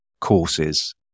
courses